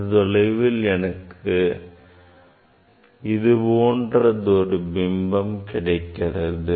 இந்தத் தொலைவில் எனக்கு அது போன்ற ஒரு பிம்பம் கிடைக்கிறது